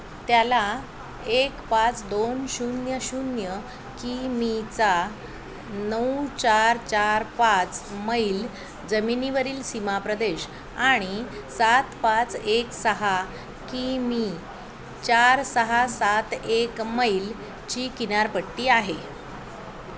त्याला एक पाच दोन शून्य शून्य की मीचा नऊ चार चार पाच मैल जमिनीवरील सीमाप्रदेश आणि सात पाच एक सहा की मी चार सहा सात एक मैलाची किनारपट्टी आहे